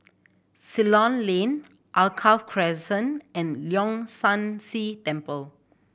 Ceylon Lane Alkaff Crescent and Leong San See Temple